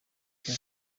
cya